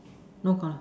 no collar